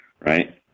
right